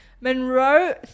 Monroe